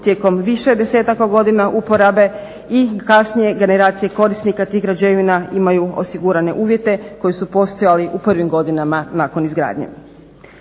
tijekom više desetaka godina uporabe i kasnije generacije korisnika tih građevina imaju osigurane uvjete koji su postojali u prvim godinama nakon izgradnje.